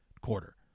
quarter